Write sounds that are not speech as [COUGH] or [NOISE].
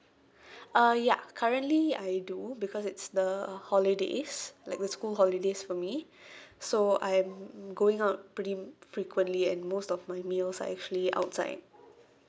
[BREATH] uh ya currently I do because it's the holidays like the school holidays for me [BREATH] so I am going out pretty frequently and most of my meals are actually outside